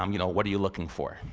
um you know, what are you looking for?